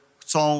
chcą